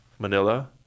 Manila